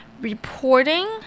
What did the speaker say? reporting